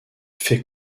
fait